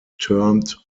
termed